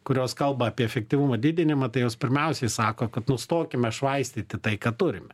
kurios kalba apie efektyvumo didinimą tai jos pirmiausiai sako kad nustokime švaistyti tai ką turime